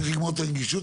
צריך לגמור את הנגישות,